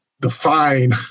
define